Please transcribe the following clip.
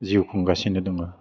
जिउ खुंगासिनो दङ